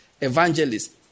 evangelists